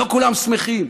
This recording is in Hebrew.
לא כולם שמחים,